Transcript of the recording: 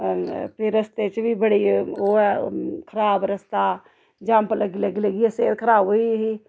फिर रस्तें च बी बड़ी ओह् ऐ खराब रस्ता जैम्प लग्गी लग्गी लग्गियै सेह्त खराब होई गेई